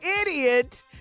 idiot